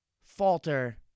falter